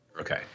Okay